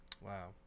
Wow